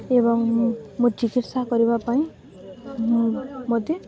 ଏବଂ ମୁଁ ଚିକିତ୍ସା କରିବା ପାଇଁ ମୁଁ ମୋତେ